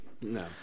No